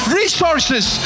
resources